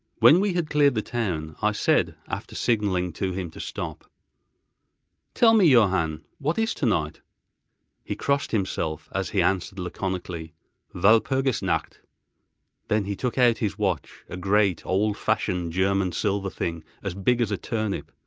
when we had cleared the town, i said, after signalling to him to stop tell me, johann, what is tonight he crossed himself, as he answered laconically walpurgis nacht then he took out his watch, a great, old-fashioned german silver thing as big as a turnip,